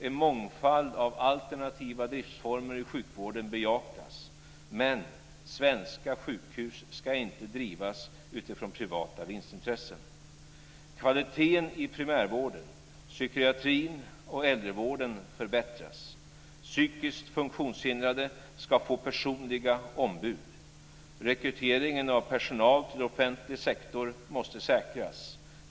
En mångfald av alternativa driftsformer i sjukvården bejakas, men svenska sjukhus ska inte drivas utifrån privata vinstintressen. Kvaliteten i primärvården, psykiatrin och äldrevården förbättras. Psykiskt funktionshindrade ska få personliga ombud. Rekryteringen av personal till offentlig sektor måste säkras.